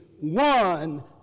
one